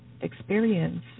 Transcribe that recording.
experience